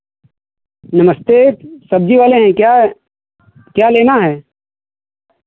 नमस्ते सब्ज़ी वाले हैं क्या क्या लेना है